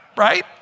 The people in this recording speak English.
Right